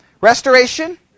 Restoration